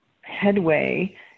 headway